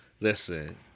Listen